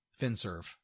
FinServe